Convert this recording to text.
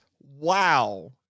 wow